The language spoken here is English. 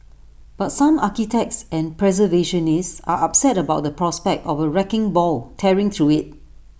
but some architects and preservationists are upset about the prospect of A wrecking ball tearing through IT